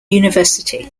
university